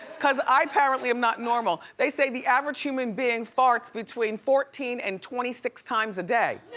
cause i apparently am not normal. they say the average human being farts between fourteen and twenty six times a day. yeah